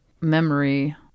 memory